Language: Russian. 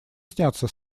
снятся